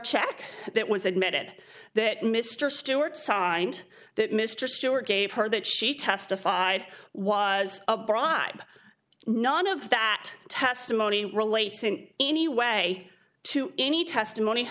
check that was admitted that mr stewart signed that mr stewart gave her that she testified was a bribe none of that testimony relates in any way to any testimony